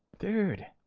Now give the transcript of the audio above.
dude